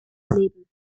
leben